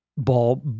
Ball